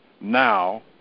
now